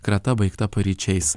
krata baigta paryčiais